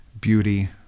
beauty